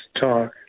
talk